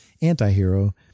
anti-hero